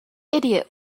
idiot